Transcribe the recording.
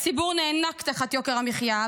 הציבור נאנק תחת יוקר המחיה,